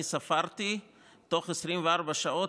אני ספרתי תוך 24 שעות,